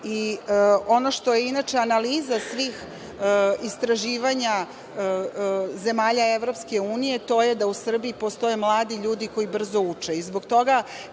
što je inače analiza svih istraživanja zemalja EU jeste da u Srbiji postoje mladi ljudi koji brzo uče i zbog toga